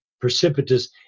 precipitous